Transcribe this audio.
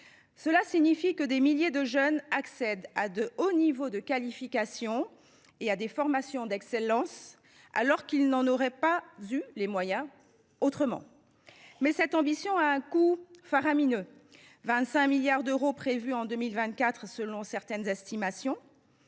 De fait, des milliers de jeunes accèdent à de hauts niveaux de qualification et à des formations d’excellence alors qu’ils n’en auraient pas eu les moyens autrement. Toutefois, cette ambition a un coût faramineux : 25 milliards d’euros en 2024 selon certaines estimations.